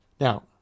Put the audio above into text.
Now